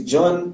John